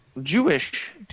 Jewish